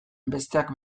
besteak